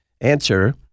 Answer